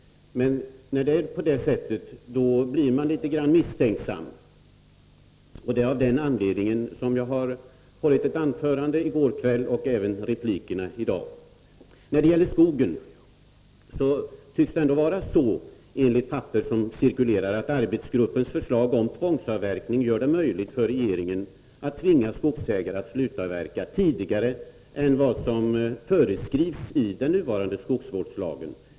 Men när det förhåller sig på detta sätt blir man litet grand misstänksam. Och det är av den anledningen som jag har hållit ett anförande i går kväll och även replikerat i dag. När det gäller skogen tycks det ändå vara så, enligt de papper som cirkulerar, att arbetsgruppens förslag om tvångsavverkning gör det möjligt för regeringen att tvinga skogsägare att slutavverka tidigare än vad som föreskrivs i den nuvarande skogsvårdslagen.